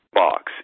box